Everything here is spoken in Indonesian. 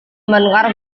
mendengar